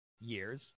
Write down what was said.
years